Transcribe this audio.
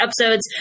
episodes